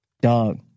Dog